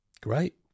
Great